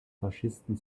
faschisten